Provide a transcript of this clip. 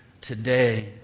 today